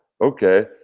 okay